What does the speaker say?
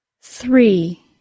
three